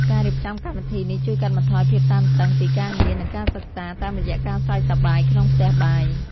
ការរៀបចំកម្មវិធីនេះជួយកាត់បន្ថយភាពតានតឹងពីការងារ និងការសិក្សា តាមរយៈការសើចសប្បាយក្នុងផ្ទះបាយ។